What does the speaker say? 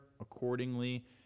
accordingly